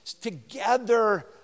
Together